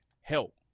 Help